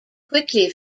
quickly